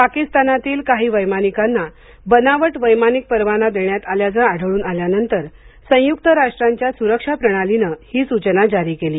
पाकिस्तानातील काही वैमानिकांना बनावट वैमानिक परवाना देण्यात आल्याचं आढळून आल्यानंतर संयुक्त राष्ट्रांच्या सुरक्षा प्रणालीने हि सूचना जारी केली